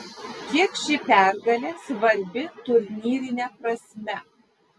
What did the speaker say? kiek ši pergalė svarbi turnyrine prasme